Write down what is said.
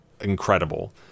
incredible